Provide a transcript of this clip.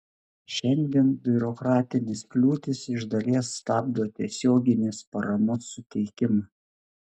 šiandien biurokratinės kliūtys iš dalies stabdo tiesioginės paramos suteikimą